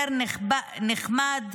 יותר נחמד,